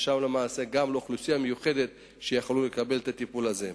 ושם למעשה גם לאוכלוסייה מיוחדת שהיתה יכולה לקבל את הטיפול הזה.